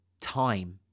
Time